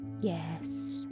Yes